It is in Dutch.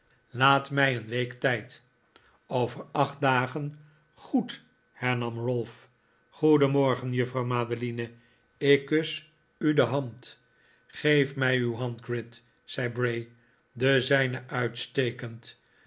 laat mij een week tijd over acht dagen goed hernam ralph goedenmorgen juffrouw madeline ik kus u de hand geef mij uw hand gride zei bray de zijne uitstekend